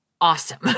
awesome